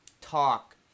talk